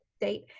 date